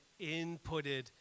inputted